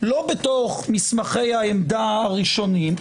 לא בתוך מסמכי העמדה הראשוניים,